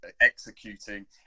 executing